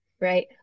right